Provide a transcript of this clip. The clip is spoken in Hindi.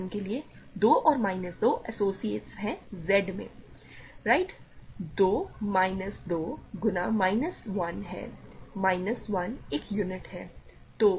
उदाहरण के लिए 2 और माइनस 2 एसोसिएट्स हैं Z में राइट 2 माइनस 2 गुना माइनस 1 है माइनस 1 एक यूनिट है